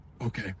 okay